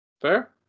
Fair